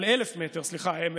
סליחה,